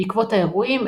בעקבות האירועים,